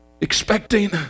expecting